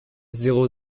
zéro